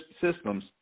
systems